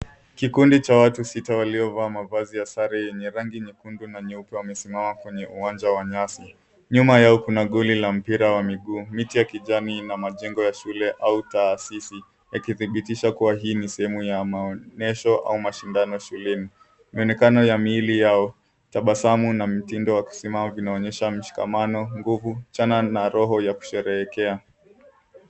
Kikundi cha watu sita waliovaa mavazi ya sare yenye rangi nyekundu na nyeupe wamesimama kwenye uwanja wa nyasi. Nyuma yao kuna goli ya mpira wa miguu. Miti ya kijani na majengo ya shule au taasisi ikidhibitisha kuwa hii ni sehemu ya maonyesho au mashindano shuleni. Mionekano ya miili yao, tabasamu na mtindo wa kusimama vinaonyesha mshikamano, nguvu na roho ya kusherehekea.